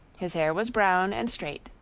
his hair was brown and straight,